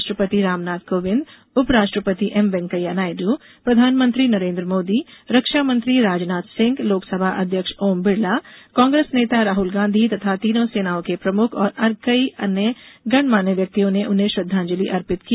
राष्ट्रपति रामनाथ कोविंद उपराष्ट्रपति एम वेंकैया नायडू प्रधानमंत्री नरेन्द्र मोदी रक्षामंत्री राजनाथ सिंह लोकसभा अध्यक्ष ओम बिड़ला कांग्रेस नेता राहुल गांधी तथा तीनों सेनाओं के प्रमुख और कई गणमान्य व्यक्तियों ने उन्हें श्रद्वांजलि अर्पित की